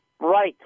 Right